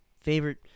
favorite